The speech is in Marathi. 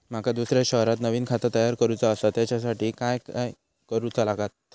माका दुसऱ्या शहरात नवीन खाता तयार करूचा असा त्याच्यासाठी काय काय करू चा लागात?